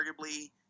arguably